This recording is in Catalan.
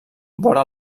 vora